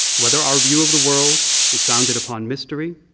whether our view of the world is founded upon mystery,